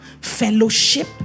fellowship